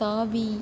தாவி